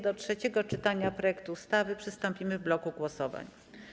Do trzeciego czytania projektu ustawy przystąpimy w bloku głosowań.